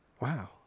Wow